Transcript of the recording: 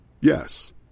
Yes